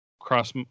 cross